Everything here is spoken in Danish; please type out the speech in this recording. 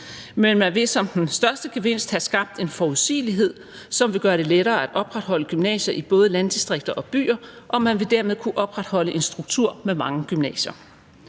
Men man vil som den største gevinst have skabt en forudsigelighed, som vil gøre det lettere at opretholde gymnasier i både landdistrikter og byer, og man vil dermed kunne opretholde en struktur med mange gymnasier.